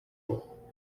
role